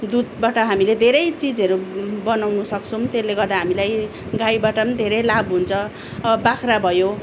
दुधबाट हामीले धेरै चिजहरू बनाउनु सक्छौँ त्यसले गर्दा हामीलाई गाईबाट पनि धेरै लाभ हुन्छ अब बाख्रा भयो